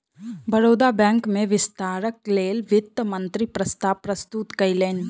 Baroda bank में विस्तारक लेल वित्त मंत्री प्रस्ताव प्रस्तुत कयलैन